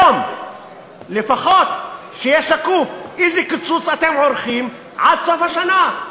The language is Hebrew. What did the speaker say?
היום לפחות שיהיה שקוף איזה קיצוץ אתם עורכים עד סוף השנה,